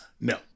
No